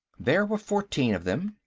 there were fourteen of them.